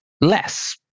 less